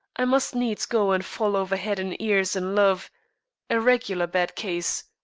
i must needs go and fall over head and ears in love a regular bad case.